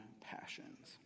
passions